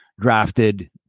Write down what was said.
drafted